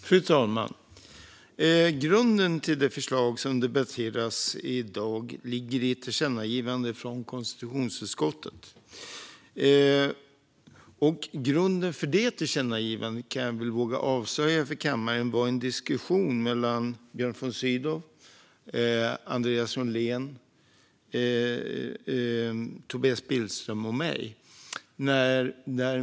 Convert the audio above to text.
Fru talman! Grunden till det förslag som debatteras i dag ligger i ett tillkännagivande från konstitutionsutskottet. Och grunden för det tillkännagivandet kan jag väl våga avslöja för kammaren var en diskussion mellan Björn von Sydow, Andreas Norlén, Tobias Billström och mig.